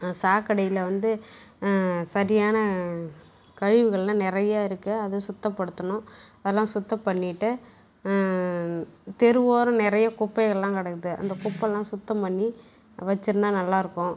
அந்த சாக்கடையில் வந்து சரியான கழிவுகளெலாம் நிறைய இருக்குது அதை சுத்தப்படுத்தணும் அதலாம் சுத்தம் பண்ணிவிட்டு தெரு ஓரம் நிறைய குப்பைகளெலாம் கிடக்குது அந்த குப்பெலாம் சுத்தம் பண்ணி வச்சுருந்தா நல்லாயிருக்கும்